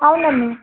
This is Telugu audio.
అవునండి